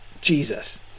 Jesus